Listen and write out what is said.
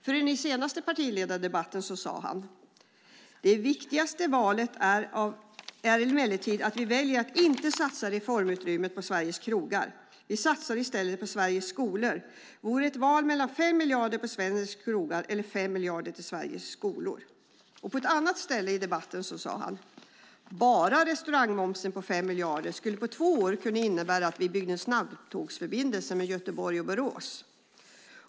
I den senaste partiledardebatten sade han: "Det viktigaste valet av alla är emellertid att vi väljer att inte satsa reformutrymmet på Sveriges krogar. Vi satsar i stället på Sveriges skolor" - som vore det ett val mellan 5 miljarder på Sveriges krogar eller 5 miljarder till Sveriges skolor! I ett senare inlägg i partiledardebatten sade Juholt: "Bara restaurangmomsen på 5 miljarder skulle på två år kunna innebära att vi byggde en snabbtågsförbindelse mellan Göteborg och Borås."